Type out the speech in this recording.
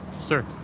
Sir